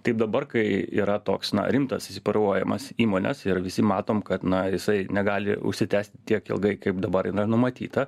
taip dabar kai yra toks na rimtas įsiparaojimas įmonės ir visi matom kad na jisai negali užsitęsti tiek ilgai kaip dabar yra numatyta